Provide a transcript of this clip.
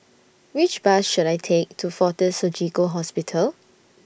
Which Bus should I Take to Fortis Surgical Hospital